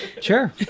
Sure